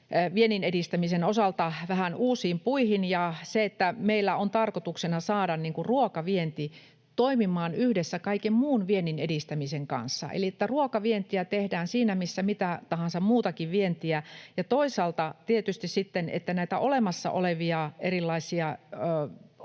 viennin edistämisen osalta vähän uusiin puihin, ja meillä on tarkoituksena saada ruokavienti toimimaan yhdessä kaiken muun viennin edistämisen kanssa, eli ruokavientiä tehdään siinä missä mitä tahansa muutakin vientiä, ja toisaalta tietysti sitten näitä olemassa olevia erilaisia